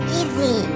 easy